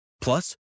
Plus